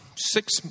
six